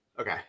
Okay